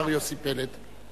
השר יוסי פלד.